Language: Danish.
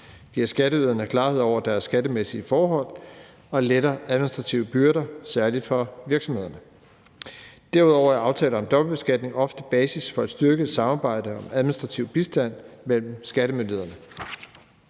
giver skatteyderne klarhed over deres skattemæssige forhold og letter administrative byrder, særlig for virksomhederne. Derudover er aftaler om dobbeltbeskatning ofte basis for at styrke samarbejde om administrativ bistand mellem skattemyndighederne.